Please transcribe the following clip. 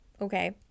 okay